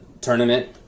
tournament